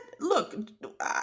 look